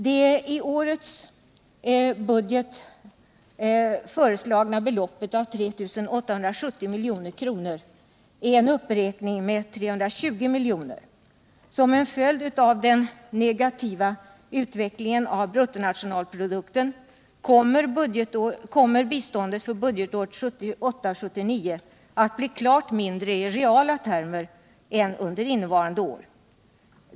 Det i årets budget föreslagna beloppet av 3 870 milj.kr. är en uppräkning med 320 milj.kr. Som en följd av den negativa utvecklingen av bruttonationalprodukten kommer biståndet för budgetåret 1978/79 att bli klart mindre i reala termer än under innevarande år.